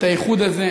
את האיחוד הזה,